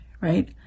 right